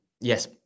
yes